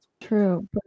True